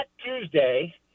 Tuesday